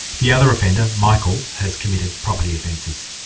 the other offender, michael, has committed property offences.